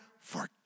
forgive